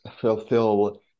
fulfill